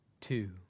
two